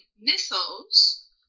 mythos